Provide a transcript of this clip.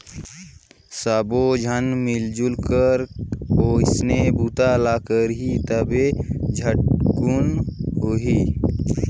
सब्बो झन मिलजुल के ओइसने बूता ल करही तभे झटकुन होही